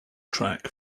track